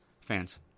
fans